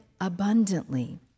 abundantly